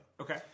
Okay